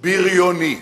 בריוני.